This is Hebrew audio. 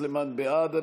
(תיקון מס' 5) (אזור תיירות מיוחד),